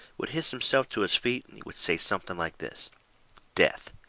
would hist himself to his feet, and he would say something like this death.